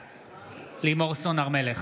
בעד לימור סון הר מלך,